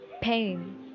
Pain